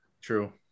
True